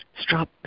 stop